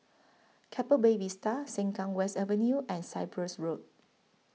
Keppel Bay Vista Sengkang West Avenue and Cyprus Road